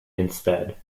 instead